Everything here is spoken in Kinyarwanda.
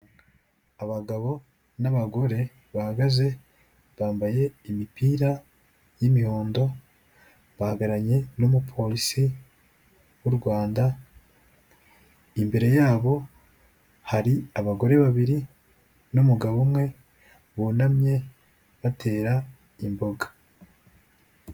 Abagabo n'abagore bahagaze, bambaye imipira y'imihondo, bahagararanye n'umupolisi w'u Rwanda. Imbere yabo hari abagore babiri n'umugabo umwe, bunamye batera imboga.